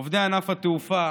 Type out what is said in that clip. עובדי ענף התעופה,